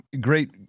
great